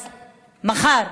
אז מחר,